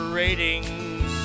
ratings